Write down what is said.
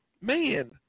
man